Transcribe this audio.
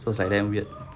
so it was like damn weird